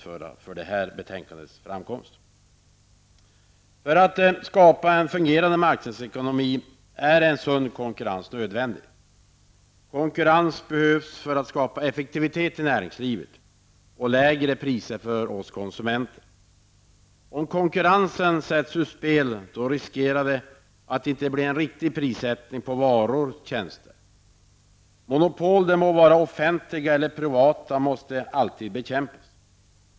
För att man skall kunna skapa en fungerande marknadsekonomi är en sund konkurrens nödvändig. Konkurrens behövs för att skapa effektivitet i näringslivet och lägre priser för oss konsumenter. Om konkurrensen sätts ur spel, riskerar vi att det inte blir en riktig prissättning på varor och tjänster. Monopol -- de må vara offentliga eller privata -- måste alltid bekämpas.